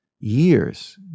years